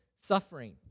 suffering